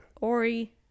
Ori